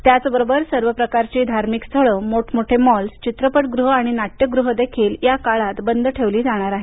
त्याचबरोबर सर्व प्रकारची धार्मिकस्थळ मोठमोठे मॉल्स चित्रपटगृह आणि नाट्यगृह देखील या काळात बंद ठेवली जाणार आहेत